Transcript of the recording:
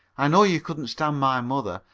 i know you couldn't stand my mother,